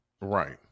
Right